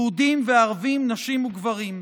יהודים וערבים, נשים וגברים,